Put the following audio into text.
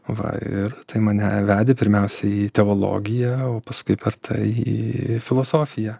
va ir tai mane vedė pirmiausia į teologiją o paskui per tai į filosofiją